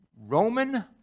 Roman